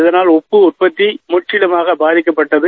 இதனால் உப்பு உற்பத்தி முற்றிலுமாக பாதிக்கப்பட்டது